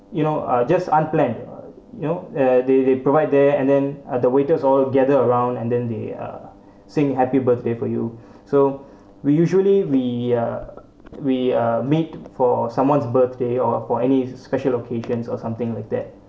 you know uh just unplanned you know uh they they provide there and then uh the waiters all gathered around and then they uh singing happy birthday for you so we usually we uh we uh made for someone's birthday or for any special occasions or something like that